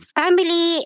family